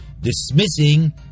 dismissing